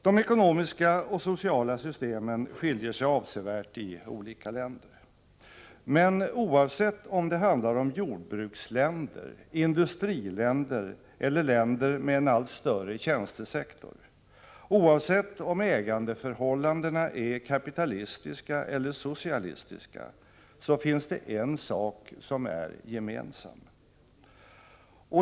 De ekonomiska och sociala systemen skiljer sig avsevärt i olika länder. Men oavsett om det handlar om jordbruksländer, industriländer eller länder med en allt större tjänstesektor, oavsett om ägandeförhållandena är kapitalistiska eller socialistiska, så finns det en sak som är gemensam.